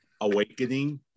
awakening